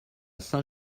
saint